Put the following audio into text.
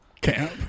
Camp